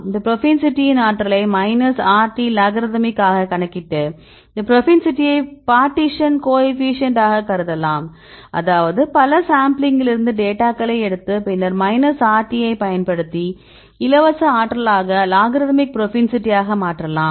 இந்த புரோபென்சிட்டியின் ஆற்றலை மைனஸ் RT லாக்ரிதமிக் ஆக கணக்கிட்டு இந்த புரோபென்சிட்டியை பார்ட்டிஷன் கோஎஃபீஷியேன்ட் ஆக கருதலாம் அதாவது பல சாம்பிளிங்கிலிருந்து டேட்டாக்களை எடுத்து பின்னர் மைனஸ் RT யைப் பயன்படுத்தி இலவச ஆற்றலாக லாக்ரிதமிக் புரோபென்சிட்டியாக மாற்றலாம்